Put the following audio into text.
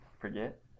Forget